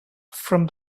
from